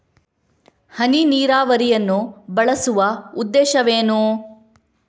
ಹನಿ ನೀರಾವರಿಯನ್ನು ಬಳಸುವ ಉದ್ದೇಶವೇನು?